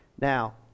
Now